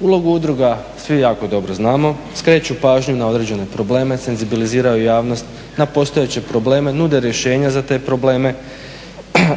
Ulogu udruga svi jako dobro znamo, skreću pažnju na određene probleme, senzibiliziraju javnost na postojeće probleme, nude rješenja za te probleme,